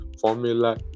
formula